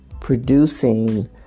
Producing